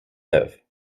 neuve